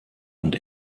und